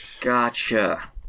Gotcha